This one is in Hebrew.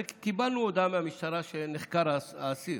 רק קיבלנו הודעה מהמשטרה שנחקר האסיר.